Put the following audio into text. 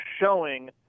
showing